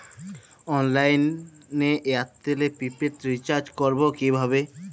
অনলাইনে এয়ারটেলে prepaid recharge করবো কিভাবে?